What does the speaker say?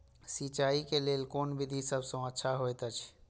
सिंचाई क लेल कोन विधि सबसँ अच्छा होयत अछि?